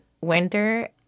winter